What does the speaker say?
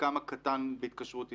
חלקם הקטן בהתקשרות איתנו.